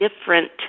different